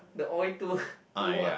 the oil tour tour